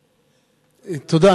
תודה.